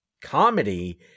comedy